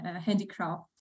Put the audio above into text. handicraft